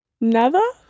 Nada